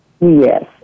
Yes